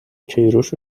کیروش